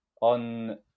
On